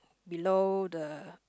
below the